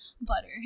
butter